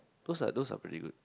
those are those are pretty good